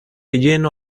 lleno